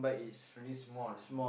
it's really small